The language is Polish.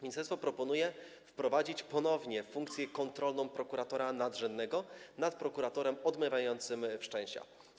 Ministerstwo proponuje wprowadzić ponownie funkcję kontrolną prokuratora nadrzędnego nad prokuratorem odmawiającym wszczęcia.